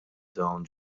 dawn